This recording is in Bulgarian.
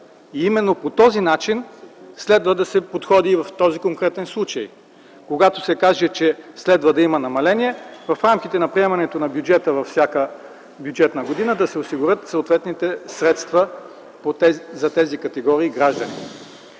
И именно по този начин следва да се подходи в този конкретен случай. Когато се каже, че следва да има намаление, в рамките на приемането на бюджета за всяка бюджетна година да се осигурят съответните средства за тези категории граждани.